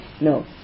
No